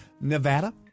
Nevada